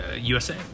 USA